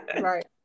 Right